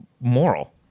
moral